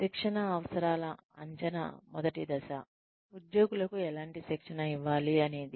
శిక్షణ అవసరాల అంచనా మొదటి దశ ఉద్యోగులకు ఎలాంటి శిక్షణ ఇవ్వాలి అనేది